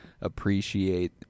appreciate